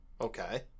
Okay